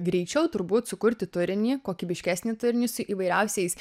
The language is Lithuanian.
greičiau turbūt sukurti turinį kokybiškesnį turinį su įvairiausiais